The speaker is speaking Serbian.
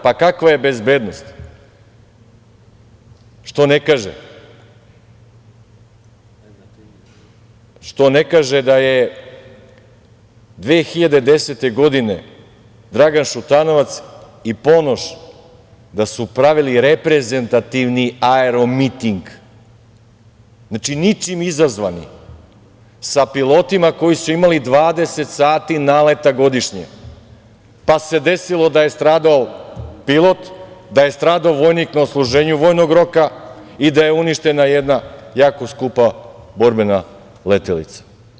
Pa kakva je bezbednost, što ne kaže, što ne kaže da je 2010. godine Dragan Šutanovac i Ponoš da su pravili reprezentativni aeromiting, znači ničim izazvani sa pilotima koji su imali 20 sati naleta godišnje, pa se desilo da je stradao pilot, da je stradao vojnik na odsluženju vojnog roka i da je uništena jedna jako skupa borbena letelica.